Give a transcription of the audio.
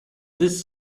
this